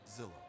Zillow